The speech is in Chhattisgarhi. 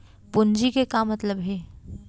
पूंजी के का मतलब हे?